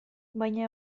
baina